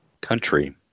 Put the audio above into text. country